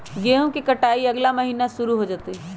गेहूं के कटाई अगला महीना शुरू हो जयतय